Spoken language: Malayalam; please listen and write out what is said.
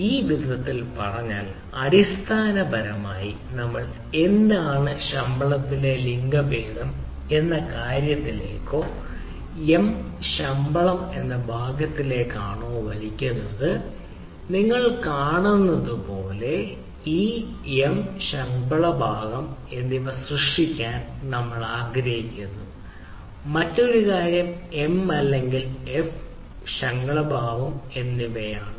മറ്റൊരു വിധത്തിൽ പറഞ്ഞാൽ അടിസ്ഥാനപരമായി നമ്മൾ എന്താണ് ശമ്പളത്തിലെ ലിംഗഭേദം കാര്യത്തിലേക്കോ എം ശമ്പള ഭാഗത്തിലേക്കോ വലിക്കുന്നത് നിങ്ങൾ കാണുന്നതുപോലെ ഈ M ശമ്പള ഭാഗം എന്നിവ സൃഷ്ടിക്കാൻ നമ്മൾ ആഗ്രഹിക്കുന്നു മറ്റൊരു കാര്യം എം അല്ലെങ്കിൽ എഫ് ശമ്പള ഭാഗം എന്നിവയാണ്